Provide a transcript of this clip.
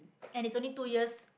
and it's only two years